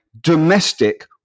domestic